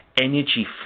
Energy